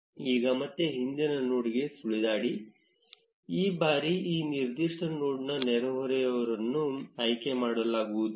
ಈಗ ಮತ್ತೆ ಹಿಂದಿನ ನೋಡ್ನ ಮೇಲೆ ಸುಳಿದಾಡಿ ಈ ಬಾರಿ ಈ ನಿರ್ದಿಷ್ಟ ನೋಡ್ನ ನೆರೆಹೊರೆಯವರನ್ನು ಆಯ್ಕೆ ಮಾಡಲಾಗುವುದಿಲ್ಲ